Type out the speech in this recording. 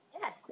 Yes